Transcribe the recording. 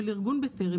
של ארגון 'בטרם',